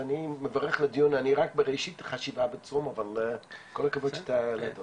קודם שיתפתי